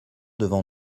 devant